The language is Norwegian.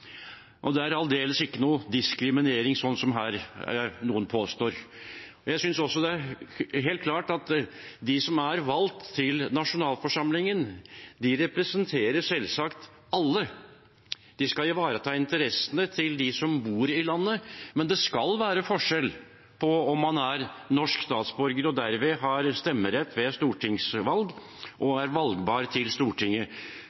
Det er aldeles ikke noen diskriminering, slik noen her påstår. Jeg synes også det er helt klart at de som er valgt til nasjonalforsamlingen, selvsagt representerer alle. De skal ivareta interessene til de som bor i landet, men det skal være en forskjell om man er norsk statsborger og derved har stemmerett ved stortingsvalg og